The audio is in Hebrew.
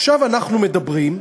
עכשיו אנחנו מדברים,